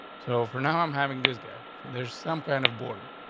so for now, i'm having this guy, so there's some kind of border.